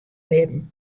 libben